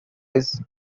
his